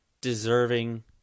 deserving